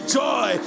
joy